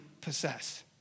possess